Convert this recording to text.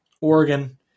Oregon